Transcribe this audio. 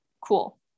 Cool